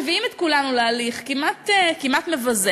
מביאים את כולנו להליך כמעט מבזה,